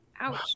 Ouch